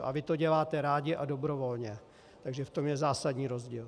A vy to děláte rádi a dobrovolně, takže v tom je zásadní rozdíl.